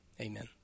amen